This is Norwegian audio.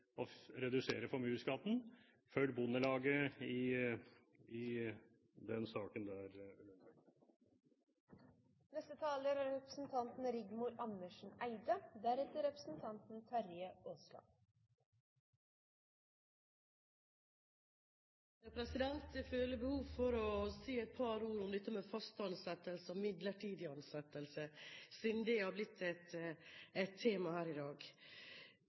gjelder å redusere formuesskatten. Følg Bondelaget i denne saken, Lundteigen! Jeg føler behov for å si et par ord om dette med fast ansettelse og midlertidig ansettelse, siden det har blitt et tema her i dag.